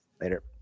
Later